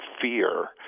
fear